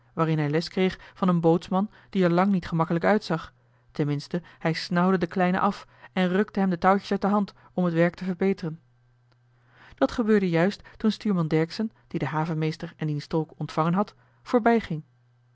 waarin hij les kreeg van een bootsman die er lang niet gemakkelijk uitzag ten minste hij snauwde den kleine af en rukte hem de touwtjes uit de hand om het werk te verbeteren dat gebeurde juist toen stuurman dercksen die den havenmeester en diens tolk ontvangen had